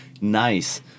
nice